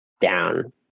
down